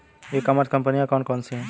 ई commerce कंपनियाँ कौन कौन सी हैं?